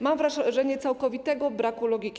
Mam wrażenie całkowitego braku logiki.